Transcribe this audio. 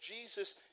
Jesus